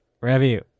review